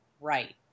Right